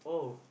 oh